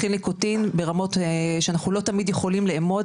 מכיל ניקוטין ברמות שאנחנו לא תמיד יכולים לאמוד,